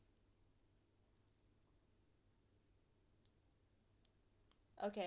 okay